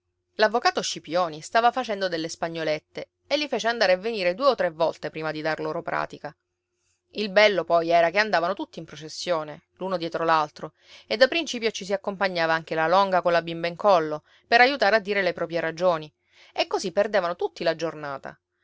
l'avvocato scipioni stava facendo delle spagnolette e li fece andare e venire due o tre volte prima di dar loro pratica il bello poi era che andavano tutti in processione l'un dietro l'altro e da principio ci si accompagnava anche la longa colla bimba in collo per aiutare a dire le proprie ragioni e così perdevano tutti la giornata